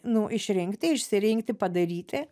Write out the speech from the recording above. nu išrinkti išsirinkti padaryti